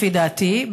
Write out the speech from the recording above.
לפי דעתי,